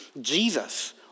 Jesus